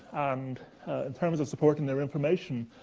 and in terms of supporting their information,